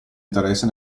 interesse